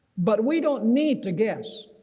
but we don't need to guess.